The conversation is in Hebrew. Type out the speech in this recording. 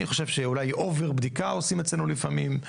אני חושב שאולי over בדיקה עושים אצלנו לפעמים,